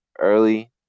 early